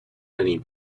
many